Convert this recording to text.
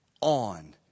on